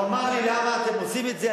הוא אמר לי: למה אתם עושים את זה,